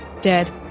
dead